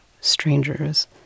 strangers